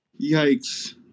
Yikes